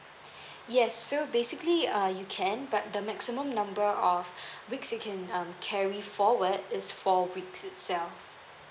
yes so basically uh you can but the maximum number of weeks you can um carry forward is four weeks itself